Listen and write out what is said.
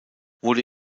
wurde